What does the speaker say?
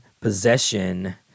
Possession